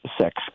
sex